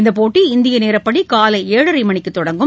இந்தப்போட்டி இந்திய நேரப்படி காலை ஏழரை மணிக்கு தொடங்கும்